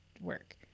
work